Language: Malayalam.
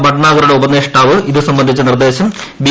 ഭട്നാഗറുടെ ഉപദേഷ്ടാവ് ഇതു സംബന്ധിച്ച നിർദ്ദേശം ബി